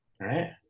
Right